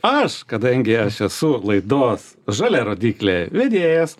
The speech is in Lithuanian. aš kadangi aš esu laidos žalia rodyklė vedėjas